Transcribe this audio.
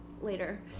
Later